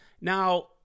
Now